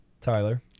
Tyler